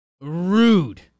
rude